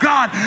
God